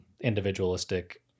individualistic